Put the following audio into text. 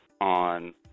on